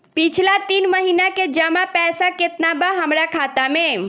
पिछला तीन महीना के जमा पैसा केतना बा हमरा खाता मे?